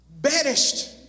Banished